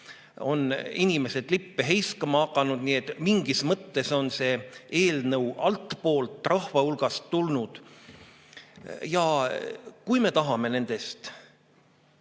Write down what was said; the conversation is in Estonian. spontaanselt lippe heiskama hakanud, nii et mingis mõttes on see eelnõu altpoolt, rahva hulgast tulnud. Kui me tahame nendest